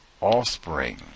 offspring